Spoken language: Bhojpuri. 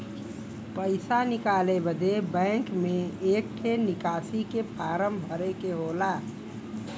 पइसा निकाले बदे बैंक मे एक ठे निकासी के फारम भरे के होला